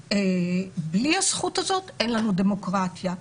בלי הזכות הזאת אין לנו דמוקרטיה,